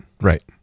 Right